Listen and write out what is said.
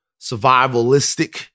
survivalistic